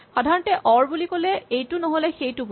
সাধাৰণতে অৰ বুলি ক'লে এইটো নহ'লে সেইটো বুজো